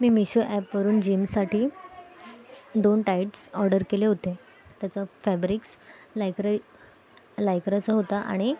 मी मिशो ॲपवरून जीन्ससाठी दोन टाईट्स ऑर्डर केले होते त्याचं फॅब्रिक्स लयक्रे लायक्राचं होतं आणि